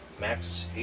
max